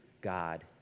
God